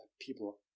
people